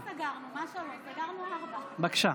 בבקשה.